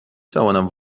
توانم